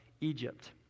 Egypt